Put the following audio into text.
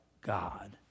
God